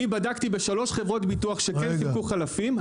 אני בדקתי בשלוש חברות ביטוח שסיפקו חלפים,